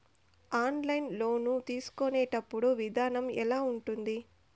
online loan తీసుకునేటప్పుడు విధానం ఎలా ఉంటుంది